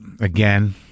again